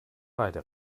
beide